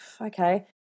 okay